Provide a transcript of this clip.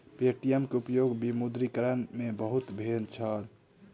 Paytm के उपयोग विमुद्रीकरण में बहुत भेल छल